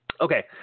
Okay